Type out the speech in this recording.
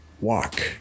Walk